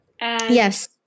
Yes